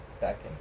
backing